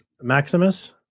Maximus